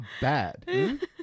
bad